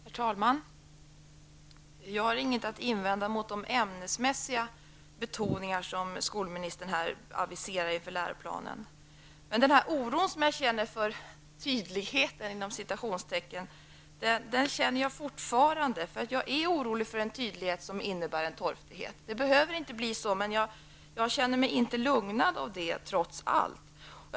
Herr talman! Jag har inget att invända mot de ämnesmässiga betoningar som skolministern aviserar för läroplanen. Men den oro som jag har för ''tydligheten'' känner jag fortfarande. Jag är orolig för att tydligheten kan innebära en torftighet. Det behöver inte bli så, men jag känner mig trots allt inte lugnad.